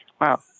Wow